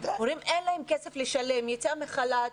להורים אין כסף לשלם יצאו לחל"ת,